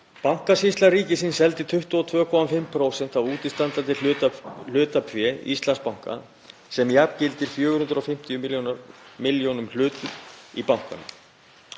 Bankasýsla ríkisins seldi 22,5% af útistandandi hlutafé Íslandsbanka sem jafngildir 450 milljón hlutum í bankanum.